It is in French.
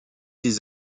des